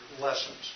lessons